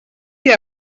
que